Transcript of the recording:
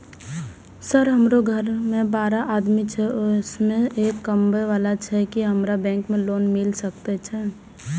Sir हमरो घर में बारह आदमी छे उसमें एक कमाने वाला छे की हमरा बैंक से लोन मिल सके छे?